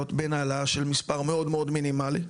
בין העלאה של מספר מאוד מאוד מינימלי,